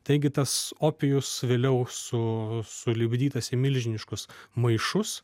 taigi tas opijus vėliau su sulipdytas į milžiniškus maišus